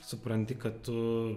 supranti kad tu